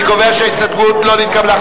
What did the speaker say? אני קובע שההסתייגות לא נתקבלה.